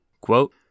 Quote